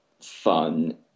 fun